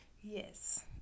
yes